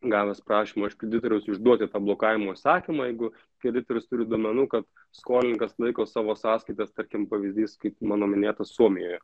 gavęs prašymą iš kreditoriaus išduoti tą blokavimo įsakymą jeigu kreditorius turi duomenų kad skolininkas laiko savo sąskaitas tarkim pavyzdys kaip mano minėtas suomijoje